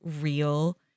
real